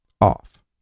off